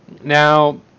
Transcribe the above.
Now